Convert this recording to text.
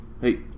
hey